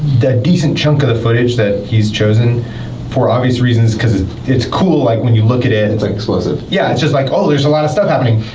the decent chunk of the footage that he's chosen for obvious reasons, cause it's it's cool, like, when you look at it. it's explosive. yeah, it's just like, oh, there's a lot of stuff happening.